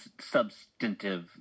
substantive